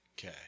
Okay